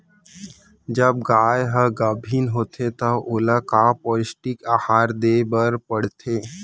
जब गाय ह गाभिन होथे त ओला का पौष्टिक आहार दे बर पढ़थे?